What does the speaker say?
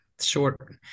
short